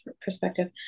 perspective